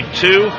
two